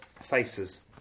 faces